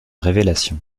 révélation